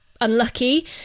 unlucky